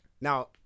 Now